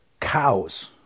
cows